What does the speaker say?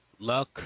luck